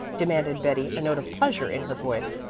demanded betty, a note of pleasure in her voice.